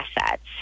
assets